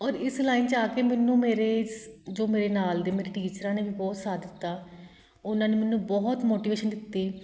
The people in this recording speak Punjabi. ਔਰ ਇਸ ਲਾਈਨ 'ਚ ਆ ਕੇ ਮੈਨੂੰ ਮੇਰੇ ਜੋ ਮੇਰੇ ਨਾਲ ਦੇ ਮੇਰੇ ਟੀਚਰਾਂ ਨੇ ਵੀ ਬਹੁਤ ਸਾਥ ਦਿੱਤਾ ਉਹਨਾਂ ਨੇ ਮੈਨੂੰ ਬਹੁਤ ਮੋਟੀਵੇਸ਼ਨ ਦਿੱਤੀ